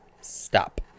Stop